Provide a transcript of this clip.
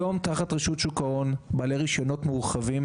היום, תחת רשות שוק ההון, בעלי רישיונות מורחבים,